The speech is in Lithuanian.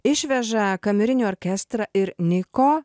išveža kamerinį orkestrą ir niko